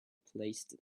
placed